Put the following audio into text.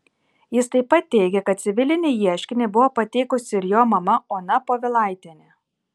jis taip pat teigė kad civilinį ieškinį buvo pateikusi ir jo mama ona povilaitienė